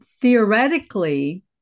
theoretically